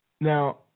Now